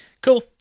Cool